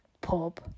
pub